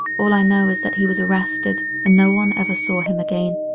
all i know is that he was arrested and no one ever saw him again.